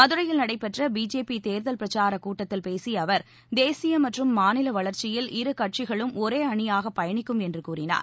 மதுரையில் நடைபெற்ற பிஜேபி தேர்தல் பிரசார கூட்டத்தில் பேசிய அவர் தேசிய மற்றும் மாநில வளர்ச்சியில் இருகட்சிகளும் ஒரே அணியாக பயணிக்கும் என்று கூறினார்